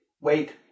Wait